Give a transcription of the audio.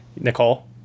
Nicole